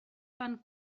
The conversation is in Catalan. fan